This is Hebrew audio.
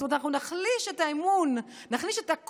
זאת אומרת,